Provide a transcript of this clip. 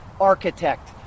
architect